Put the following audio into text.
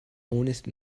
honest